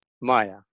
Maya